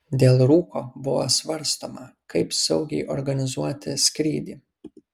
dėl rūko buvo svarstoma kaip saugiai organizuoti skrydį